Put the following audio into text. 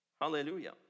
Hallelujah